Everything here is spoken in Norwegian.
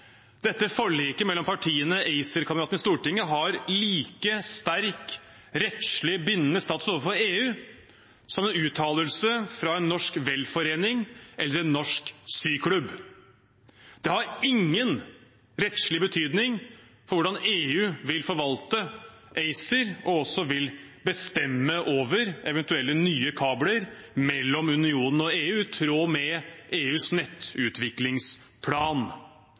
Dette forliket mellom partiene, ACER-kameratene i Stortinget, har like sterk rettslig bindende status overfor EU som en uttalelse fra en norsk velforening eller en norsk syklubb. Det har ingen rettslig betydning for hvordan EU vil forvalte ACER og også bestemme over eventuelle nye kabler mellom Norge og EU i tråd med EUs nettutviklingsplan.